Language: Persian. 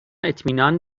اطمینان